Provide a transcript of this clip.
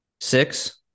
Six